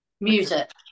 Music